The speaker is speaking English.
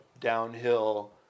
downhill